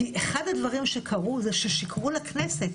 כי אחד הדברים שקרו, זה ששיקרו לכנסת,